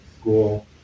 school